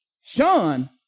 Sean